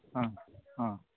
ᱦᱮᱸ ᱦᱚᱸ